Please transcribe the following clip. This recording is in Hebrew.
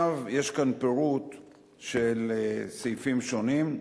יש כאן פירוט של סעיפים שונים,